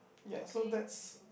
ya so that's